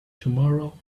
tomorrow